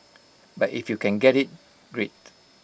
but if you can get IT great